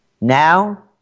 Now